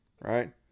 Right